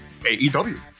AEW